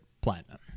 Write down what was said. Platinum